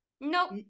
Nope